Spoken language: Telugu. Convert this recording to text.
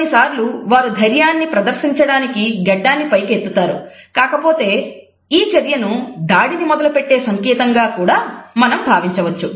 కొన్నిసార్లు వారు ధైర్యాన్ని ప్రదర్శించడానికి గడ్డాన్ని పైకి ఎత్తుతారు కాకపోతే ఈ చర్యను దాడిని మొదలుపెట్టే సంకేతంగా కూడా మనం భావించవచ్చు